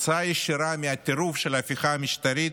כתוצאה ישירה מהטירוף של ההפיכה המשפטית,